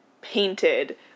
painted